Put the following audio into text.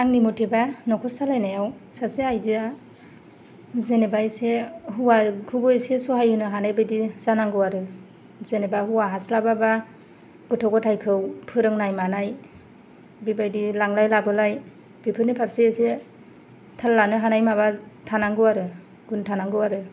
आंनि मथेबा नखर सालायनायाव सासे आयजो जेनेबा एसे हौवाखौ एसे सहाय होनो हानाय बादि जानांगौ आरो जेनेबा हौवा हास्लाबाबा गथ' गथाइखौ फोरोंनाय मानाय बेबादि लांलाय लाबोलाय बेफोरनि फारसे माबा थाल लानो हानाय माबा थानांगौ आरो गुन थानांगौ आरो